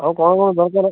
ଆଉ କଣ କଣ ଦରକାର